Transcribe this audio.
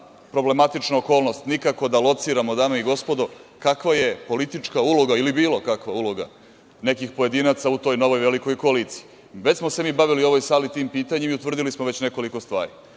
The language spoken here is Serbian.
problematična okolnost. Nikako da lociramo, dame i gospodo, kakva je politička uloga ili bilo kakva uloga nekih pojedinaca u toj novoj velikoj koaliciji. Već smo se mi bavili u ovoj sali tim pitanjem, i utvrdili smo već nekoliko stvari.